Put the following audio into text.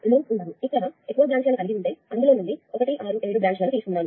ఇప్పుడు ఇక్కడ ఎక్కువ బ్రాంచ్ లను కలిగి ఉంటే అందులో నుండి 1 6 మరియు 7 బ్రాంచ్ లను తీసుకున్నాను